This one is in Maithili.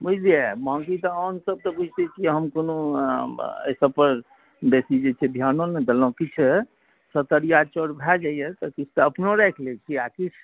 बुझलिए बाँकी तऽ अन्नसब तऽ बुझिते छिए हम कोनो एहिसबपर बेसी जे छै धिआनो नहि देलौँ किछु सतरिआ चाउर भऽ जाइए तऽ किछु तऽ अपनो राखि लै छी आओर किछु